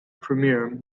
premier